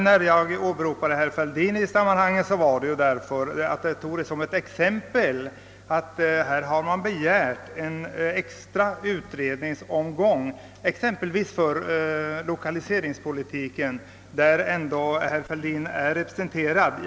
Att jag åberopade herr Fälldin berodde på att jag ville anföra ett exempel på att man begärt en extra utredningsomgång, i detta fall beträffande lokaliseringspolitiken, trots att herr Fälldin var representerad i detta sammanhang.